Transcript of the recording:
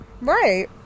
right